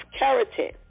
keratin